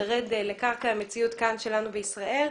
נרד לקרקע המציאות שלנו בישראל.